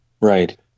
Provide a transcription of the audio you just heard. Right